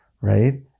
right